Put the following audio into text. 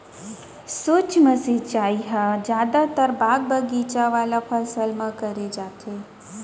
सूक्ष्म सिंचई ह जादातर बाग बगीचा वाला फसल म करे जाथे